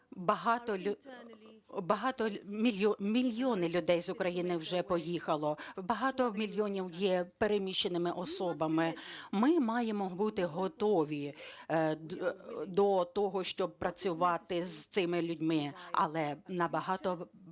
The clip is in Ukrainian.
цьому. Мільйони людей з України вже поїхали, багато мільйонів є переміщеними особами, ми маємо бути готові до того, щоб працювати з цими людьми, але набагато